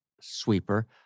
sweeper